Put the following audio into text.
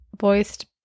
voiced